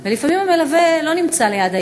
ולפעמים המלווה לא נמצא ליד הילדים,